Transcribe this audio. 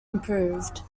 improved